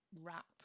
wrap